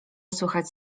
słychać